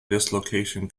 dislocation